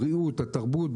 התרבות,